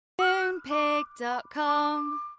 Moonpig.com